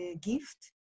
gift